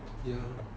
ya